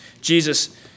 Jesus